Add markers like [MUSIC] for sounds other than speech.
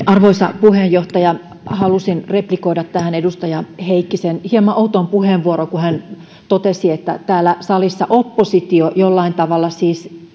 [UNINTELLIGIBLE] arvoisa puheenjohtaja halusin replikoida tähän edustaja heikkisen hieman outoon puheenvuoroon kun hän totesi että täällä salissa oppositio jollain tavalla siis [UNINTELLIGIBLE]